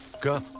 go